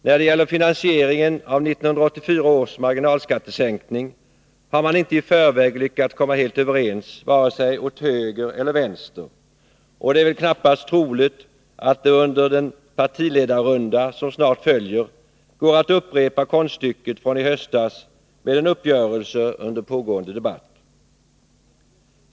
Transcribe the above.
När det gäller finansieringen av 1984 års marginalskattesänkning har man inte i förväg lyckats komma helt överens vare sig åt höger eller åt vänster, och det är väl knappast troligt att det under den partiledarrunda som snart följer går att upprepa konststycket från i höstas med en uppgörelse under pågående debatt.